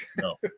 No